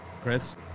Chris